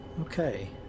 Okay